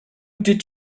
did